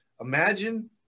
imagine –